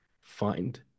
Find